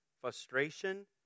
frustration